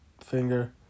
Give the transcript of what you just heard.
finger